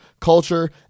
culture